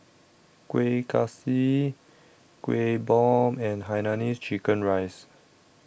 Kuih Kaswi Kueh Bom and Hainanese Chicken Rice